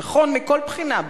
הנכון מכל בחינה,